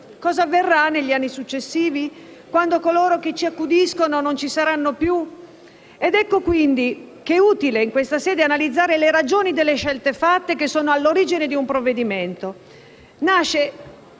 cosa avverrà negli anni successivi, quando coloro che accudiscono queste persone non ci saranno più. Ecco, quindi, che è utile in questa sede analizzare le ragioni delle scelte fatte, che sono all'origine di un provvedimento